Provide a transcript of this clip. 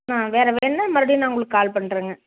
நான் வேறு வேணுன்னால் மறுபடியும் நான் உங்களுக்கு கால் பண்ணுறேங்க